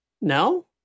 No